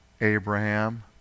Abraham